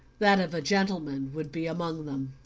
that of a gentleman would be among them.